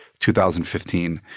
2015